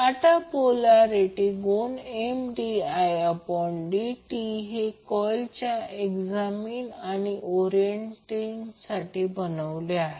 आता पोल्यारीटी गुण Mdidt हे कॉइलच्या एग्ज़ामिन साठी ओरिएंटेशन बनविले आहे